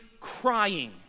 crying